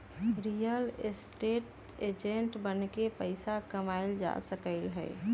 real estate agent बनके पइसा कमाएल जा सकलई ह